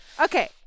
okay